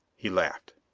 he laughed.